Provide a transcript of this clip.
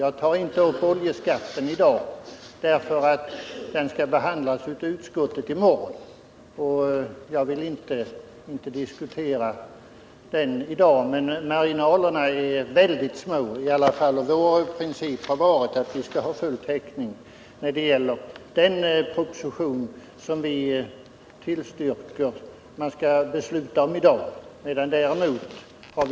Jag vill inte diskutera oljeskatten i dag, därför att den skall behandlas av utskottet i morgon. Marginalerna är i alla fall ytterst små, och vår princip har varit att det skall finnas full täckning för de förslag i propositionen som vi tillstyrker och som riksdagen skall fatta beslut om i dag.